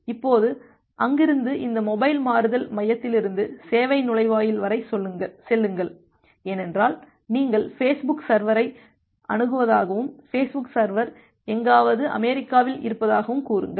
இப்போது அங்கிருந்து இந்த மொபைல் மாறுதல் மையத்திலிருந்து சேவை நுழைவாயில் வரை செல்லுங்கள் ஏனென்றால் நீங்கள் பேஸ்புக் சர்வரை அணுகுவதாகவும் பேஸ்புக் சர்வர் எங்காவது அமெரிக்காவில் இருப்பதாகவும் கூறுங்கள்